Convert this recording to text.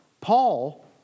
Paul